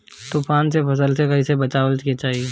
तुफान से फसल के कइसे बचावे के चाहीं?